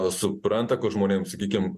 supranta kur žmonėm sakykim